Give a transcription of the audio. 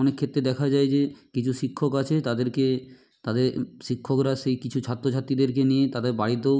অনেক ক্ষেত্রে দেখা যায় যে কিছু শিক্ষক আছে তাদেরকে তাদের শিক্ষকরা সেই কিছু ছাত্র ছাত্রীদেরকে নিয়ে তাদের বাড়িতেও